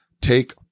Take